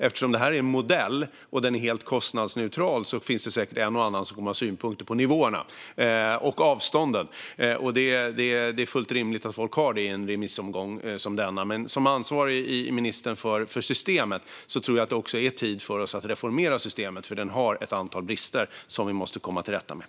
Eftersom detta är en modell och den är helt kostnadsneutral finns det säkert en och annan som kommer att ha synpunkter på nivåerna och avstånden. Det är fullt rimligt att människor har det i en remissomgång som denna. Men som ansvarig minister för systemet tror jag att det är tid för oss att reformera systemet. Det har ett antal brister som vi måste komma till rätta med.